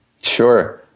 Sure